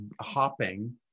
hopping